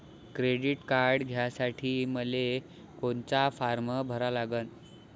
Credit card घ्यासाठी मले कोनचा फारम भरा लागन?